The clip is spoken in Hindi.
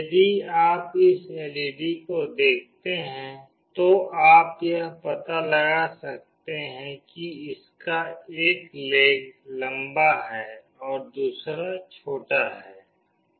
यदि आप इस एलईडी को देखते हैं तो आप यह पता लगा सकते हैं कि इसका एक लेग लंबा है और दूसरा छोटा है